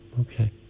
Okay